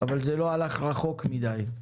אבל זה לא הלך רחוק מדי.